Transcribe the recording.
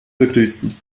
begrüßen